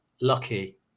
lucky